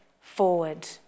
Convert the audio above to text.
forward